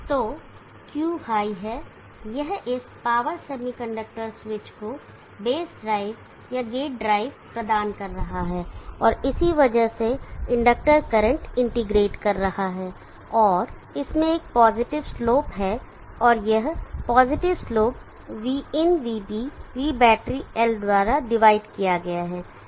तो Q high है यह इस पावर सेमीकंडक्टर स्विच को बेस ड्राइव या गेट ड्राइव प्रदान कर रहा है और इसी वजह से इंडक्टर करंट इंटीग्रेट कर रहा है और इसमें एक पॉजिटिव स्लोप है और यह positive slope vin vB v battery L द्वारा डिवाइड किया गया है